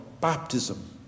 baptism